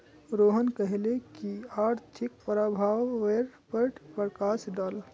रोहन कहले की आर्थिक प्रभावेर पर प्रकाश डाल